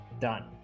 Done